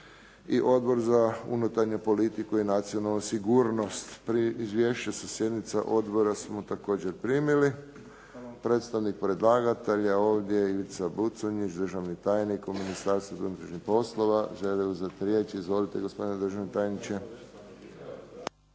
i Odbor za unutarnju politiku i nacionalnu sigurnost. Izvješće sa sjednica odbora smo također primili. Predstavnik predlagatelja je ovdje. Ivica Buconjić, državni tajnik u Ministarstvu unutrašnjih poslova želi uzeti riječ. Izvolite gospodine državni tajniče.